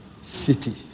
city